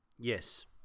Yes